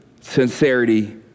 sincerity